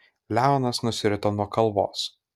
leonas nusirito nuo kalvos